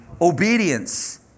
Obedience